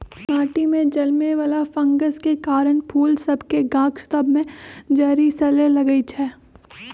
माटि में जलमे वला फंगस के कारन फूल सभ के गाछ सभ में जरी सरे लगइ छै